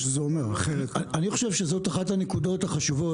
אני חושב שזאת אחת הנקודות החשובות,